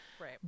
right